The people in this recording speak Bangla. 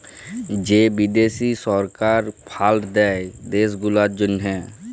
যে বিদ্যাশি সরকার ফাল্ড দেয় দ্যাশ গুলার জ্যনহে